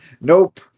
Nope